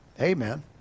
Amen